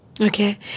Okay